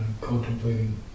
contemplating